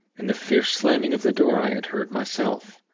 and the fierce slamming of the door i had heard myself.